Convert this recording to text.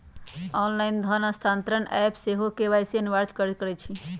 online धन स्थानान्तरण app सेहो के.वाई.सी के अनिवार्ज करइ छै